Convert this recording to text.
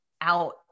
out